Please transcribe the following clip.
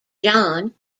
john